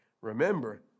Remember